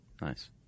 Nice